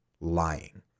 lying